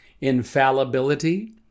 infallibility